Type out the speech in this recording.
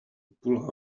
pull